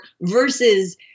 versus